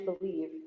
believe